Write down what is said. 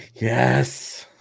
Yes